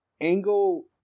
angle